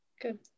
good